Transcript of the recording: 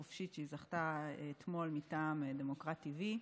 החופשית" שהיא זכתה אתמול מטעם דמוקרטTV,